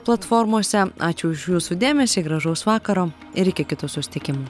platformose ačiū už jūsų dėmesį gražaus vakaro ir iki kitų susitikimų